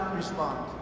respond